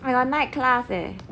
I got night class leh